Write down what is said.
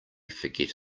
forget